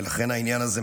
ולכן העניין הזה,